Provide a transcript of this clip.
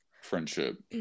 friendship